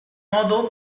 modo